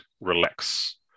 relax